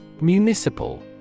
Municipal